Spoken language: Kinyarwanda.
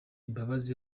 imbabazi